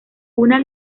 una